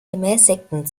gemäßigten